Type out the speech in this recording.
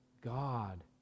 God